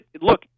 look